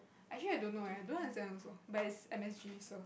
actually I don't know eh I don't understand also but is M_S_G so